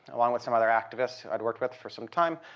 along with some other activists who i'd worked with for some time,